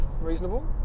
reasonable